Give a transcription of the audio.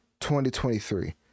2023